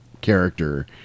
Character